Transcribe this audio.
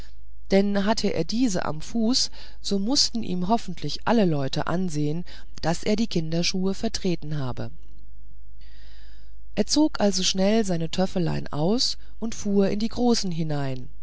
denn hatte er diese am fuß so mußten ihm hoffentlich alle leute ansehen daß er die kinderschuhe vertreten habe er zog also schnell seine töffelein aus und fuhr in die großen hinein